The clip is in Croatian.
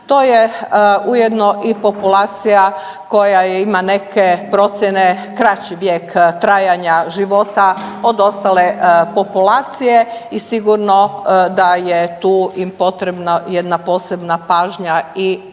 To je ujedno i populacija koja ima neke procjene kraći vijek trajanja života od ostale populacije i sigurno da je tu im potrebna jedna posebna pažnja i u tom